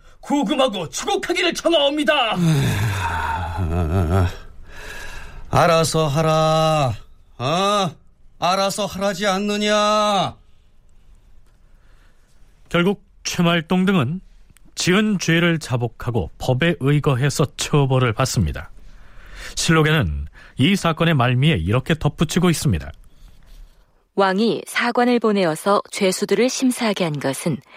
구금하고 추국하기를 청하옵니다. 에휴, 알아서 하라. 어? 알아서 하라지 않느냐? 결국 최말동 등은 지은 죄를 자복하고 법에 의거해서 처벌을 받습니다. 실록에는 이 사건의 말미에 이렇게 덧붙이고 있습니다. 왕이 사관을 보내어서 죄수들을 심사하게 한 것은